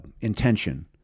intention